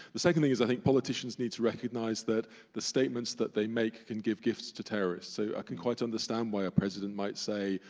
the second thing is i think politicians need to recognize that the statements that they make can give gifts to terrorists, so i can quite understand why our president might say,